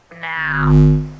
now